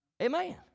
Amen